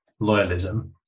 loyalism